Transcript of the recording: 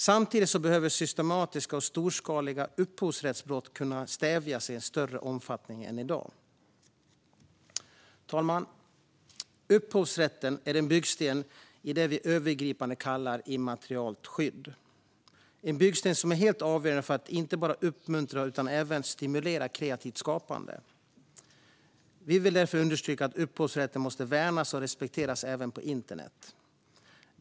Samtidigt behöver systematiska och storskaliga upphovsrättsbrott kunna stävjas i en större omfattning än i dag. Fru talman! Upphovsrätten är en byggsten i det vi övergripande kallar immateriellt skydd. Det är en byggsten som är helt avgörande för att inte bara uppmuntra utan även stimulera kreativt skapande. Vi vill därför understryka att upphovsrätten måste värnas och respekteras även på internet.